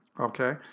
Okay